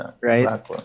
Right